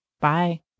Bye